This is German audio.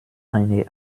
eine